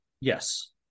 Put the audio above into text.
Yes